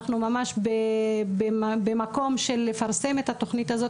אנחנו ממש במקום של לפרסם את התוכנית הזאת.